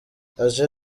azi